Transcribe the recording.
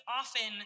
often